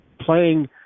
playing